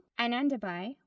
Anandabai